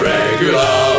Regular